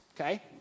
okay